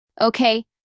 Okay